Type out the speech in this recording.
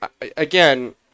again